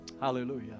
Hallelujah